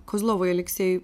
kozlovui aleksejui